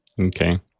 okay